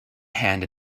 hand